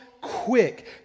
quick